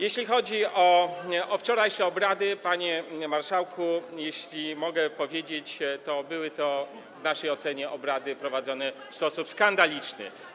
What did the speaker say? Jeśli chodzi o wczorajsze obrady, panie marszałku, jeśli mogę powiedzieć, to były to w naszej ocenie obrady prowadzone w sposób skandaliczny.